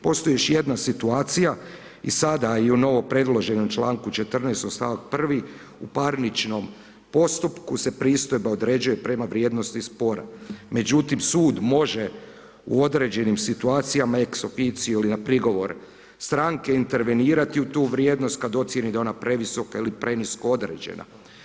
Postoji još jedna situacija i sada i u novom predloženom članku 14. stavak 1. u parničnom postupku se pristojba određuje prema vrijednosti spora međutim sud može u određenim situacijama ex officio ili na prigovor stranke intervenirat u tu vrijednost kad ocijeni da je ona previsoka ili prenisko određena.